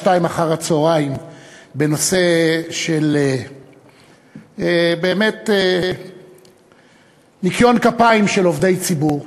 14:00 בנושא ניקיון כפיים של עובדי ציבור,